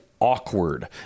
awkward